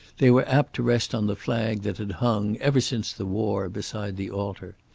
they were apt to rest on the flag that had hung, ever since the war, beside the altar.